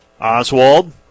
Oswald